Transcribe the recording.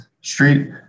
Street